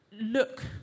Look